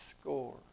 score